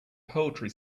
poetry